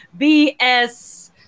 BS